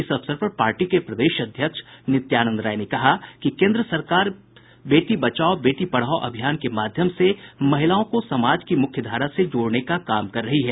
इस अवसर पर पार्टी के प्रदेश अध्यक्ष नित्यानंद राय ने कहा कि केन्द्र सरकार बेटी बचाओ बेटी पढ़ाओ अभियान के माध्यम से महिलाओं को समाज की मुख्यधारा से जोड़ने का काम कर रही है